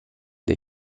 des